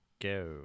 Go